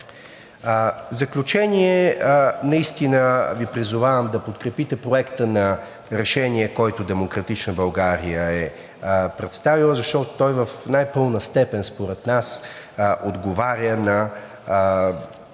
В заключение, наистина Ви призовавам да подкрепите Проекта на решение, който „Демократична България“ е представила, защото той в най-пълна степен според нас отговаря на